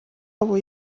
wabo